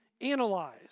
analyze